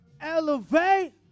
Elevate